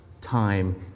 time